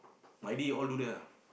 Maidy all do that ah